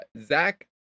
Zach